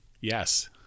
Yes